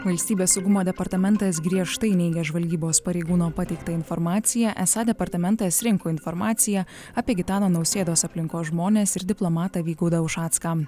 valstybės saugumo departamentas griežtai neigia žvalgybos pareigūno pateiktą informaciją esą departamentas rinko informaciją apie gitano nausėdos aplinkos žmones ir diplomatą vygaudą ušacką